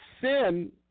sin